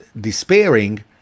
despairing